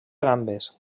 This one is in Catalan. gambes